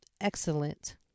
excellent